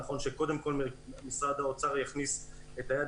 נכון שקודם כל משרד האוצר יכניס את היד